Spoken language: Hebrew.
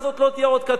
לא תהיה עוד "קטיושה"?